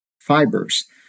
fibers